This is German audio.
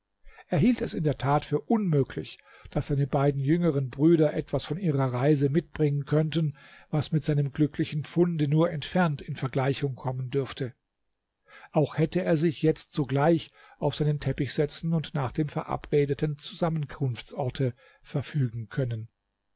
hielt es in der tat für unmöglich daß seine beiden jüngeren brüder etwas von ihrer reise mitbringen könnten was mit seinem glücklichen funde nur entfernt in vergleichung kommen dürfte auch hätte er sich jetzt sogleich auf seinen teppich setzen und nach dem verabredeten zusammenkunftsorte verfügen können